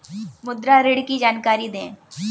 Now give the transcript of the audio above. मुद्रा ऋण की जानकारी दें?